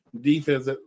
Defense